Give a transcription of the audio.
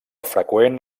freqüent